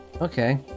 Okay